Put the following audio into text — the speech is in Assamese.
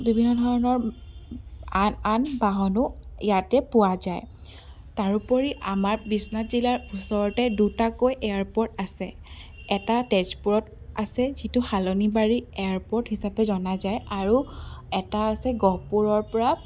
বিভিন্ন ধৰণৰ আন আন বাহনো ইয়াতে পোৱা যায় তাৰোপৰি আমাৰ বিশ্বনাথ জিলাৰ ওচৰতে দুটাকৈ এয়াৰপৰ্ট আছে এটা তেজপুৰত আছে যিটো শালনিবাৰী এয়াৰপৰ্ট হিচাপে জনা যায় আৰু এটা আছে গহপুৰৰ পৰা